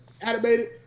animated